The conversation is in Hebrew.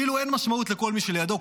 כאילו אין משמעות לכל מי שלידו,